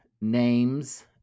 names